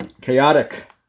chaotic